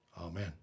Amen